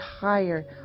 higher